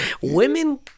Women